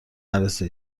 نرسه